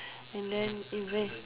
and then even